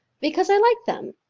because i like them.